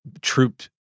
troop